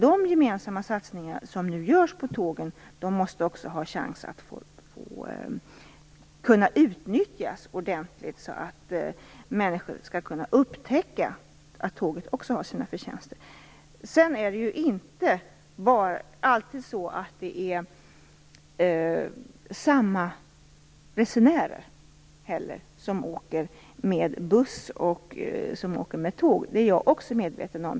De gemensamma satsningar som nu görs på tågen måste också kunna utnyttjas ordentligt, så att människor kan upptäcka att också tåget har sina förtjänster. Det är inte alltid samma resenärer som åker med buss och som åker med tåg. Det är jag också medveten om.